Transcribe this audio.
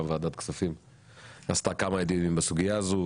ועדת הכספים עשתה כמה דיונים בסוגיה הזאת,